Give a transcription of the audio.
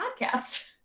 podcast